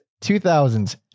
2000s